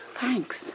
thanks